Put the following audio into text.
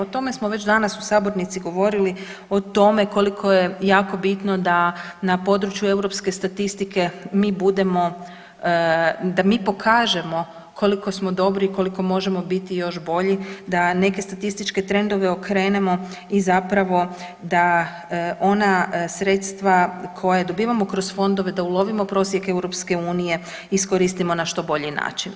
O tome smo već danas u sabornici govorili o tome koliko je jako bitno da na području europske statistike mi budemo, da mi pokažemo koliko smo dobri i koliko možemo biti još bolji, da neke statističke trendove okrenemo i zapravo da ona sredstva koja dobivamo kroz fondove, da ulovimo prosjek EU, iskoristimo na što bolji način.